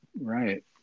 Right